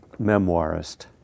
memoirist